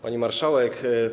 Pani Marszałek!